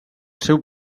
seu